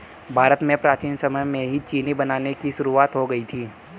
भारत में प्राचीन समय में ही चीनी बनाने की शुरुआत हो गयी थी